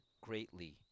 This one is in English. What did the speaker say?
greatly